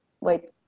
wait